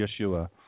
Yeshua